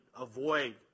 avoid